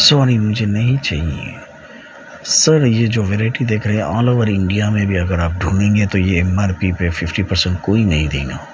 sorry مجھے نہیں چاہیے سر یہ جو ویرائٹی دیکھ رہے ہیں آل اوور انڈیا میں بھی اگر آپ ڈھونڈیں گے تو یہ مارکیٹ میں ففٹی پرسنٹ کوئی نہیں دے گا